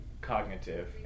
cognitive